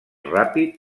ràpid